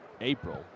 April